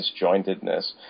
disjointedness